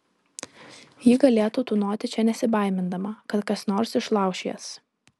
ji galėtų tūnoti čia nesibaimindama kad kas nors išlauš jas